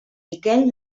miquel